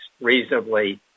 reasonably